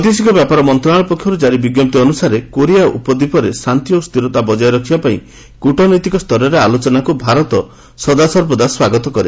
ବୈଦେଶିକ ବ୍ୟାପାର ମନ୍ତ୍ରଣାଳୟ ପକ୍ଷରୁ ଜାରି ବିଜ୍ଞପ୍ତି ଅନୁସାରେ କୋରିଆ ଉପଦ୍ୱୀପରେ ଶାନ୍ତି ଓ ସ୍ଥିରତା ବଜାୟ ରଖିବା ପାଇଁ କୂଟନୈତିକ ସ୍ତରରେ ଆଲୋଚନାକୁ ଭାରତ ସର୍ବଦା ସ୍ୱାଗତ କରେ